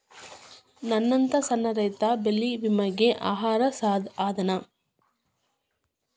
ನನ್ನಂತ ಸಣ್ಣ ರೈತಾ ಬೆಳಿ ವಿಮೆಗೆ ಅರ್ಹ ಅದನಾ?